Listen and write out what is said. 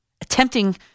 attempting